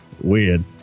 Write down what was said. weird